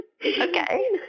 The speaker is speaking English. Okay